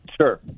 Sure